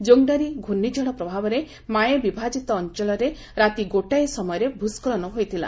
ଜୋଙ୍ଗଡାରି ଘୂର୍ଣ୍ଣିଝଡ଼ର ପ୍ରଭାବରେ ମାଏ ବିଭାଜିତ ଅଞ୍ଚଳରେ ରାତି ଗୋଟାଏ ସମୟରେ ଭୂସ୍ଖଳନ ହୋଇଥିଲା